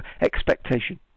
Expectation